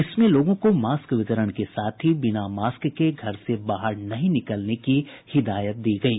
इसमें लोगों को मास्क वितरण के साथ ही बिना मास्क के घर से बाहर नहीं निकलने की हिदायत दी गयी